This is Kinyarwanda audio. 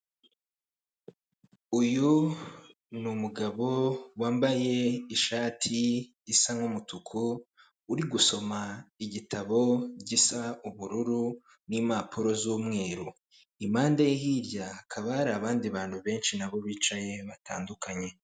Uyu ni umugabo wambaye ishati isa nk'umutuku, uri gusoma igitabo gisa ubururu, n'impapuro z'umweru, impande ye hirya hakaba hari abandi bantu benshi nabo bicaye batandukanye.